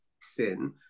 sin